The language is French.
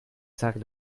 sacs